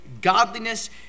godliness